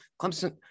Clemson